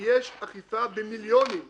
שיש אכיפה במיליוני שקלים.